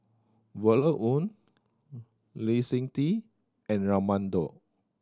Violet Oon Lee Seng Tee and Raman Daud